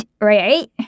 right